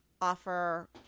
offer